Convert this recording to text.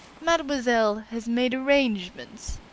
mademoiselle has made arrangements?